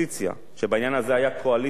שבעניין הזה היה קואליציה אמיתית,